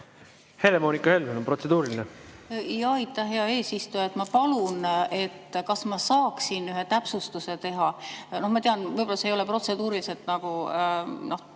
Helle-Moonika Helmel on protseduuriline.